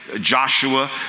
Joshua